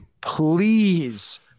please